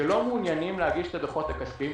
שלא מעוניינים להגיש את הדוחות הכספיים,